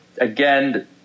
again